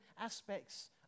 aspects